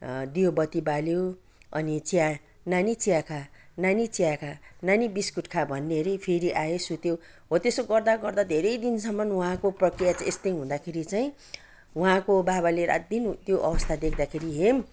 दियो बत्ती बाल्यो अनि चिया नानी चिया खा नानी चिया खा नानी बिस्कुट खा भन्ने अरे फेरि आयो सुत्यो हो त्यसो गर्दा गर्दा धेरै दिनसम्म उहाँको प्रक्रिया चाहिँ यस्तै हुँदाखेरि चाहिँ उहाँको बाबाले रातदिन त्यो अवस्था देख्दाखेरि हेम